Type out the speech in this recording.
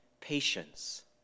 patience